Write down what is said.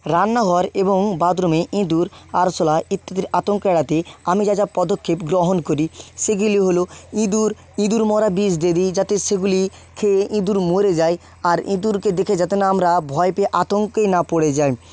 রান্নাঘর এবং বাথরুমে ইঁদুর আরশোলা ইত্যাদির আতঙ্ক এড়াতে আমি যা যা পদক্ষেপ গ্রহণ করি সেগুলি হল ইঁদুর ইঁদুর মারা বিষ দিয়ে দিই যাতে সেগুলি খেয়ে ইঁদুর মরে যায় আর ইঁদুরকে দেখে যাতে না আমরা ভয় পেয়ে আতঙ্কে না পড়ে যাই